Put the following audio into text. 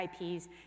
IPs